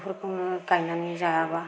बेफोरखौनो गायनानै जायाबा